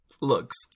looks